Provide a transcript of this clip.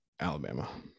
Alabama